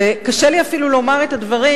קשה לי אפילו לומר את הדברים,